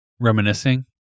Reminiscing